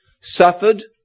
suffered